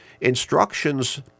instructions